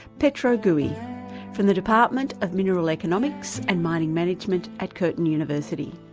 pietro guj from the department of mineral economics and mining management at curtin university.